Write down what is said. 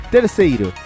Terceiro